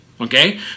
Okay